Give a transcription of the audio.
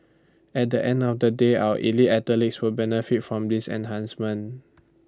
at the end of the day our elite athletes will benefit from this enhancement